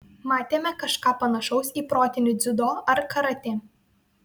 matėme kažką panašaus į protinį dziudo ar karatė